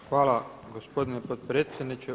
Hvala gospodine potpredsjedniče.